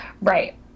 Right